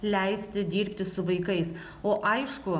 leisti dirbti su vaikais o aišku